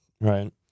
right